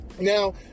Now